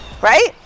right